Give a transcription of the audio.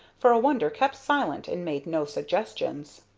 for a wonder kept silent and made no suggestions.